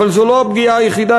אבל זו לא הפגיעה היחידה,